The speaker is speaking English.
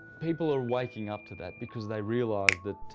people are waking up to that because they realize that